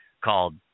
called